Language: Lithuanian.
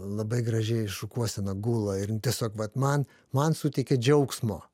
labai gražiai šukuosena gula ir jin tiesiog vat man man suteikė džiaugsmo